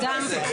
כן.